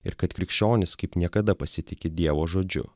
ir kad krikščionys kaip niekada pasitiki dievo žodžiu